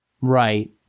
Right